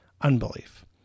unbelief